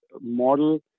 model